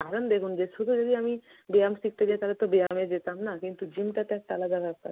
কারণ দেখুন যে শুধু যদি আমি ব্যায়াম শিখতে যাই তালে তো ব্যায়ামে যেতাম না কিন্তু জিমটা তো একটা আলাদা ব্যাপার